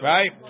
Right